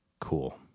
cool